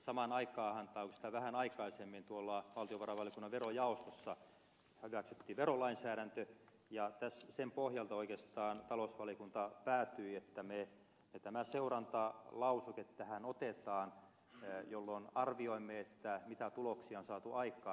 samaan aikaanhan tai oikeastaan vähän aikaisemmin valtiovarainvaliokunnan verojaostossa hyväksyttiin verolainsäädäntö ja sen pohjalta oikeastaan talousvaliokunta päätyi siihen että tämä seurantalauseke tähän otetaan jolloin arvioimme mitä tuloksia on saatu aikaan